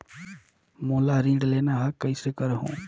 मोला ऋण लेना ह, कइसे करहुँ?